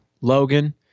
logan